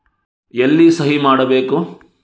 ಎಲ್ಲಿ ಸಹಿ ಮಾಡಬೇಕು?